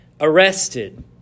arrested